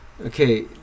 Okay